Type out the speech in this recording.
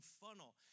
funnel